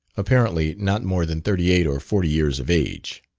apparently not more than thirty-eight or forty years of age.